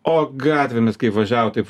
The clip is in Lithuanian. o gatvėmis kaip važiavo taip